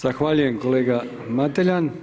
Zahvaljujem kolega Mateljan.